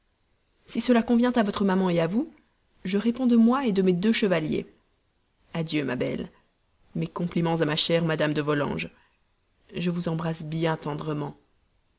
si cela convient à votre maman à vous je réponds de moi de mes deux chevaliers adieu ma belle mes compliments à ma chère mme de volanges je vous embrasse bien tendrement